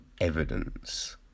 evidence